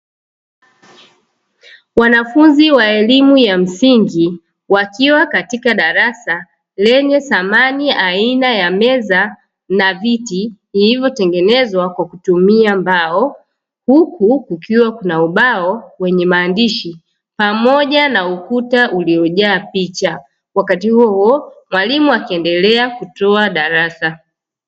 Wanafunzi wa elimu ya msingi wakiwa katika darasa lenye samani aina ya meza na viti hivyotengenezwa kwa kutumia mbao, huku kukiwa kuna ubao wenye maandishi pamoja na ukuta uliojaa picha wakati huo huo mwalimu akiendelea kutoa darasa.